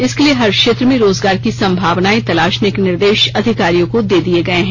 इसके लिए हर क्षेत्र में रोजगार की संभावनाएं तलाशने के निर्देश अधिकारियों को दे दिए गए हैं